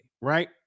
right